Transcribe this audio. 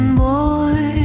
boy